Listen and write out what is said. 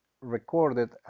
recorded